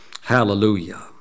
Hallelujah